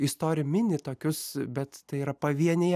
istorija mini tokius bet tai yra pavieniai